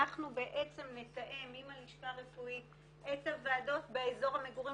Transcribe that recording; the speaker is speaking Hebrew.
ואנחנו בעצם נתאם עם הלשכה הרפואית את הוועדות באזור המגורים